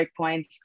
breakpoints